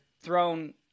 thrown